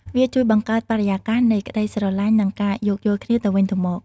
វាជួយបង្កើតបរិយាកាសនៃក្ដីស្រឡាញ់ និងការយោគយល់គ្នាទៅវិញទៅមក។